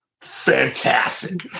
Fantastic